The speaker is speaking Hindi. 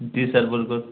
जी सर बिल्कुल